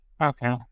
Okay